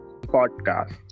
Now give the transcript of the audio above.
Podcast